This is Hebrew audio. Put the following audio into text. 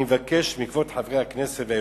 אני מבקש מכבוד חברי הכנסת והיושב-ראש,